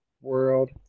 world